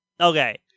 Okay